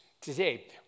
today